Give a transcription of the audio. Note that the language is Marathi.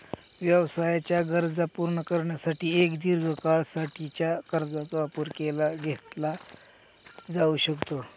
व्यवसायाच्या गरजा पूर्ण करण्यासाठी एक दीर्घ काळा साठीच्या कर्जाचा वापर केला घेतला जाऊ शकतो